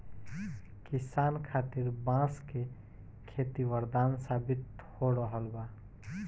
किसान खातिर बांस के खेती वरदान साबित हो रहल बा